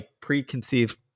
preconceived